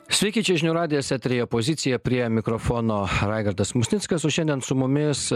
sveiki čia žinių radijas turėjo pozicija prie mikrofono raigardas musnickas o šiandien su mumis